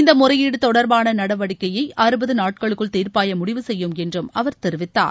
இந்த முறையீடு தொடர்பான நடவடிக்கையை அறுபது நாட்களுக்குள் தீர்ப்பாயம் முடிவு செய்யும் என்று அவர் தெரிவித்தார்